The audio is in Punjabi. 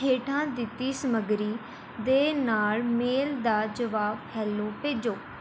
ਹੇਠਾਂ ਦਿੱਤੀ ਸਮੱਗਰੀ ਦੇ ਨਾਲ ਮੇਲ ਦਾ ਜਵਾਬ ਹੈਲੋ ਭੇਜੋ